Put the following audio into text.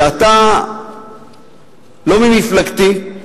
שאתה לא ממפלגתי,